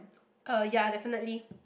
uh ya definitely